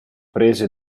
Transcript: prese